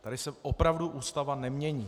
Tady se opravdu Ústava nemění.